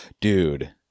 Dude